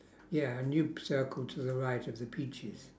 ya a new circle to the right of the peaches